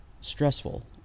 stressful